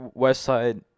Westside